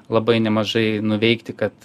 labai nemažai nuveikti kad